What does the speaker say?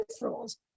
rules